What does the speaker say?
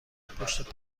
پشت